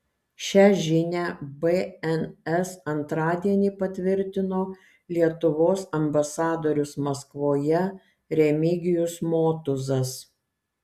šią žinią bns antradienį patvirtino lietuvos ambasadorius maskvoje remigijus motuzas